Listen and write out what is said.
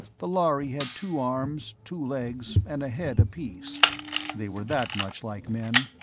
the lhari had two arms, two legs and a head apiece they were that much like men.